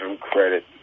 credit